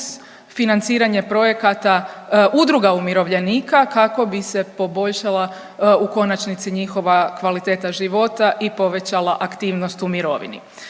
financiranje projekata udruga umirovljenika kako bi se poboljšala u konačnici njihova kvaliteta života i povećala aktivnost u mirovini.